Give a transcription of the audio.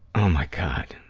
oh, my god.